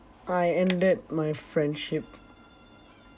I ended my friendship